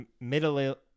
middle